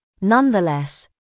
nonetheless